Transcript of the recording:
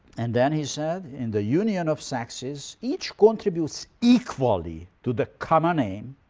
and then he said, in the union of sexes each contributes equally to the common aim,